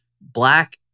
Black